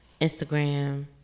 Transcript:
Instagram